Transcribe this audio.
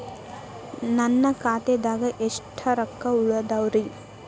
ನನ್ನ ಖಾತೆದಾಗ ಎಷ್ಟ ರೊಕ್ಕಾ ಉಳದಾವ್ರಿ?